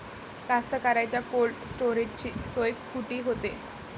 कास्तकाराइच्या कोल्ड स्टोरेजची सोय कुटी होते?